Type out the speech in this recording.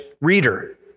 reader